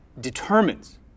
determines